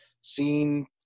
seen